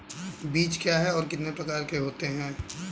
बीज क्या है और कितने प्रकार के होते हैं?